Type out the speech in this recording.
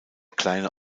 kleine